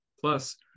Plus